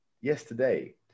yesterday